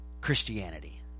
Christianity